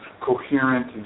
coherent